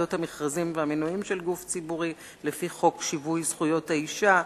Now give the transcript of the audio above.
ובוועדות המכרזים והמינויים של גוף ציבורי לפי חוק שיווי זכויות האשה,